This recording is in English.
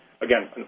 Again